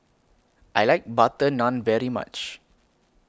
I like Butter Naan very much